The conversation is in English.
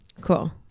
Cool